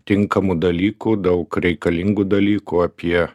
tinkamų dalykų daug reikalingų dalykų apie